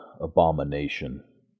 abomination